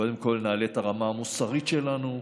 קודם כול נעלה את הרמה מוסרית שלנו,